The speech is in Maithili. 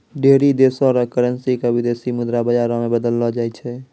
ढेरी देशो र करेन्सी क विदेशी मुद्रा बाजारो मे बदललो जाय छै